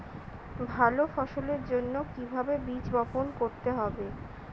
ভালো ফসলের জন্য কিভাবে বীজ বপন করতে হবে?